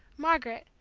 margaret,